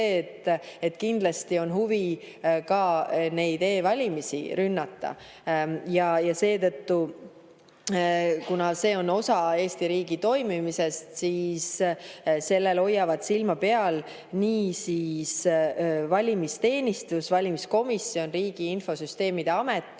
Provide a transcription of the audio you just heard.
et kindlasti on huvi neid e-valimisi rünnata. Kuna see on osa Eesti riigi toimimisest, siis sellel hoiavad silma peal nii valimisteenistus, valimiskomisjon kui ka Riigi Infosüsteemi Amet,